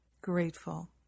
Grateful